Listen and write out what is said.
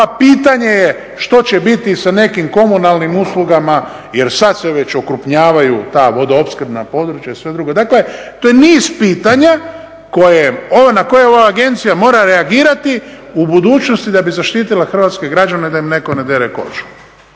pa pitanje je što će biti sa nekim komunalnim uslugama jer sada se već okrupnjavaju ta vodoopskrbna područja i sve drugo. Dakle to je niz pitanja na koje ova agencija mora reagirati u budućnosti da bi zaštitila hrvatske građane da im netko ne dere kožu.